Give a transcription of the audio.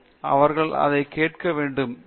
அவர்கள் அதையும் கேட்க வேண்டும் இது யூ